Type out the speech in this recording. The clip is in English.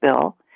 bill